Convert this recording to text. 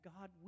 God